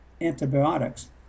antibiotics